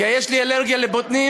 כי יש לי אלרגיה לבוטנים,